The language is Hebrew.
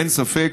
אין ספק